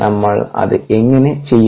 നമ്മൾ അത് എങ്ങനെ ചെയ്യും